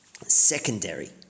secondary